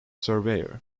surveyor